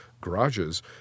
garages